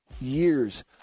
years